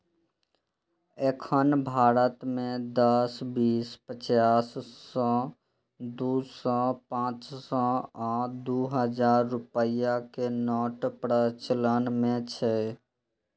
एखन भारत मे दस, बीस, पचास, सय, दू सय, पांच सय आ दू हजार रुपैया के नोट प्रचलन मे छै